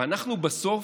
בסוף,